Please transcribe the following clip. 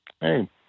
Hey